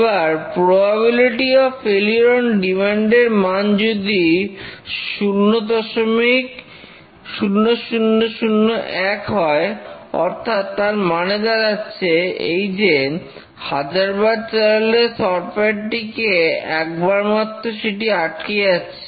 এবার probability of failure on demand এর মান যদি হয় 0001 অর্থাৎ তার মানে দাঁড়াচ্ছে এইযে হাজারবার চালালে সফটওয়্যার টি একবার মাত্র সেটি আটকে যাচ্ছে